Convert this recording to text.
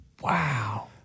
Wow